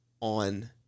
on